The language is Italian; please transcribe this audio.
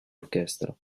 orchestra